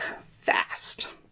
fast